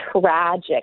tragic